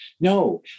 No